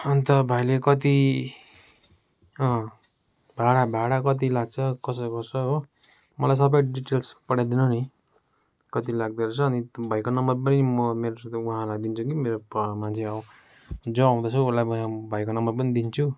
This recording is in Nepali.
अन्त भाइले कति भाडा भाडा कति लाग्छ कसो गर्छ हो मलाई सबै डिटेल्स पठाइदिनु नि कति लाग्दो रहेछ अनि भाइको नम्बर पनि म मेरो साथी उहाँहरूलाई दिन्छु कि मेरो घरमा मान्छे जो आउँदैछ उसलाई म भाइको नम्बर पनि दिन्छु